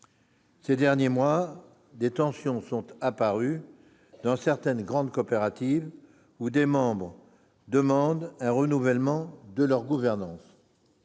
Ces derniers mois, des tensions sont apparues dans certaines grandes coopératives, où des membres demandent un renouvellement de leur gouvernance.